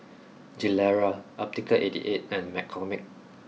Gilera Optical eighty eight and McCormick